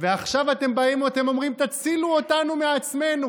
ועכשיו אתם באים ואתם אומרים: תצילו אותנו מעצמנו,